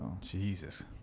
Jesus